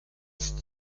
ist